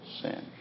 sin